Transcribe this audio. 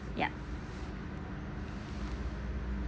yup